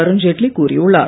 அருண்ஜெட்லி கூறியுள்ளார்